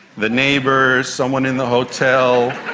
the neighbours, someone in the hotel, or,